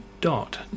dot